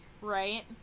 Right